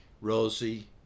Rosie